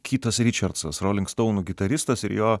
kytas ričertsas roling stounų gitaristas ir jo